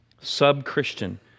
Sub-Christian